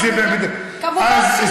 כמובן שלא, אז מה אתה מדבר?